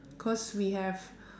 cause we have